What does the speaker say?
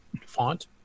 font